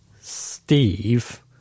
Steve